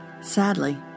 Sadly